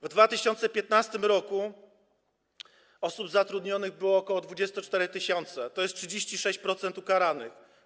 W 2015 r. osób zatrudnionych było ok. 24 tys., to jest 36% ukaranych.